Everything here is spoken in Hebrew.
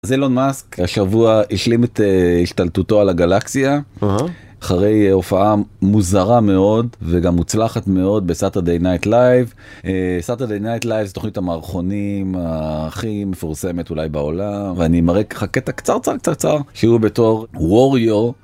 אז אלון מאסק השבוע השלים את ההשתלטות על הגלקסיה אחרי הופעה מוזרה מאוד וגם מוצלחת מאוד בסטרדיי נייט לייב סטטרדיי נייט לייב זו תוכנית המערכונים הכי מפורסמת אולי בעולם ואני מראה ככה קטע קצר קצר קצר קצר שהוא בתור ווריור.